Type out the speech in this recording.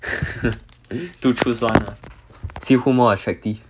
two choose one ah see who more attractive